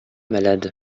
malade